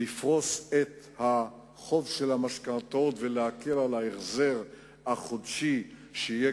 לפרוס את החוב של המשכנתאות ולהקל על ההחזר החודשי שיהיה,